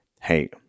hey